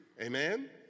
Amen